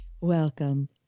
Welcome